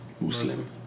Muslim